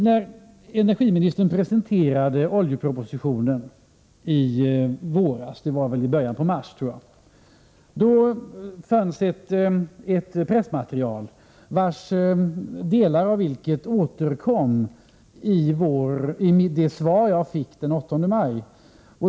När energiministern presenterade oljepropositionen i våras — jag tror att det var i mars — fanns emellertid ett pressmaterial, och delar av det återkom i ett svar som jag fick den 8 maj.